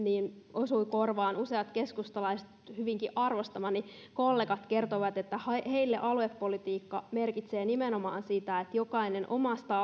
osuivat korvaan useat keskustalaiset hyvinkin arvostamani kollegat kertoivat että heille aluepolitiikka merkitsee nimenomaan sitä että jokainen omasta